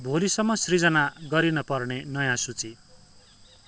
भोलिसम्म सिर्जना गरिन पर्ने नयाँ सूची